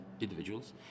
individuals